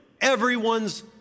Everyone's